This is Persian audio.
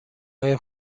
های